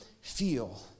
feel